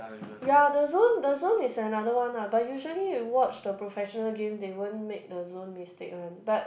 ya the zone the zone is another one ah but usually you watch the professional game they won't make the zone mistake one but